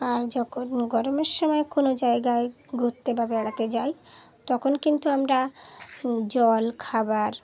আর যখন গরমের সময় কোনো জায়গায় ঘুরতে বা বেড়াতে যাই তখন কিন্তু আমরা জল খাবার